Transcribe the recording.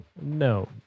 No